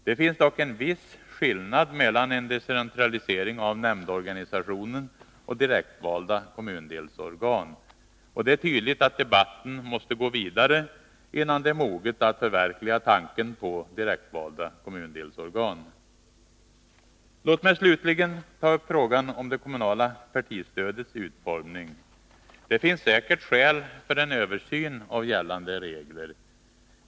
Det finns dock en viss skillnad mellan en decentralisering av nämndorganisationen och direktvalda kommundelsorgan. Det är tydligt att debatten måste gå vidare, innan tiden är mogen att förverkliga tanken på direktvalda kommundelsorgan. Låt mig slutligen ta upp frågan om det kommunala partistödets utformning. Det finns säkert skäl för en översyn av gällande regler.